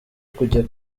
kujya